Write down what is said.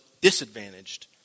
disadvantaged